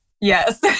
Yes